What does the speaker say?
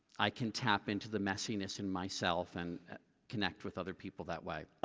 i can tap into the messiness in myself and connect with other people that way.